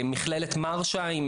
בנוסף, מכללת מרשה עם